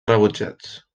rebutjats